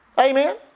Amen